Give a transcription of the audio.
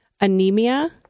anemia